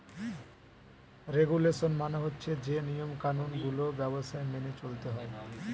regulation মানে হচ্ছে যে নিয়ম কানুন গুলো ব্যবসায় মেনে চলতে হয়